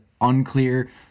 unclear